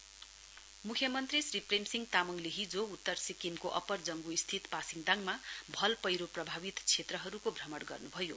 CM north मुख्यमन्त्री श्री प्रेमसिंह तामाङले हिजो उत्तर सिक्किमको अप्पर जंगु स्थित पासिङदाङमा भल पैह्रो प्रभावित क्षेत्रहरुको भ्रमण गर्नुभयो